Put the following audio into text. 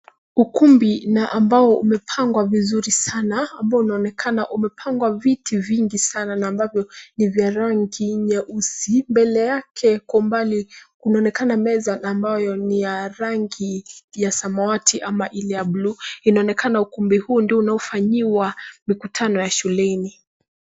Ukumbi na ambao umepangwa vizuri sana ambao unaonekana umepangwa viti vingi sana na ambavyo ni vya rangi nyeusi mbele yake kwa umbali kunaonekana meza ambayo ni ya rangi ya samawati ama ili ye buluu. Inaonekana ukumbi huu ndio unaofanyiwa mikutano ya shuleni.